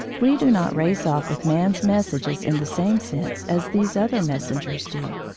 we do not race off with man's messages in the same sense as these other messengers do.